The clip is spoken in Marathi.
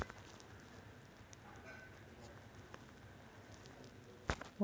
वस्तू, सेवा प्राप्त केल्या जाऊ शकतात आणि भविष्यात पैसे दिले जाऊ शकतात